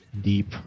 deep